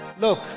look